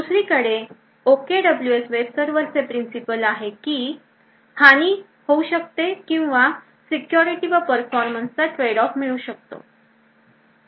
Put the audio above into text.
दुसरीकडे OKWS web सर्वरचे principle आहे की हानी होऊ शकते किंवा सिक्युरिटी व performance चा ट्रेड ऑफ मिळू शकतो